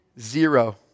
zero